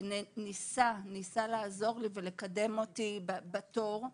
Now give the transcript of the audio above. וניסה לעזור לי ולקדם אותי בתור,